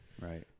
Right